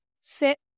sit